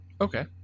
okay